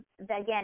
again